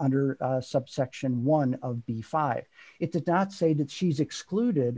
under subsection one of the five if the da not say that she's excluded